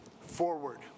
forward